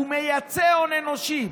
הוא מייצר הון אנושי,